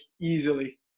easily